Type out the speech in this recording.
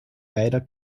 beider